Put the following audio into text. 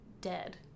dead